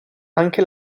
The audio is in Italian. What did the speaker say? anche